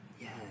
Yes